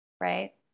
right